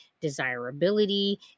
desirability